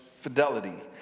fidelity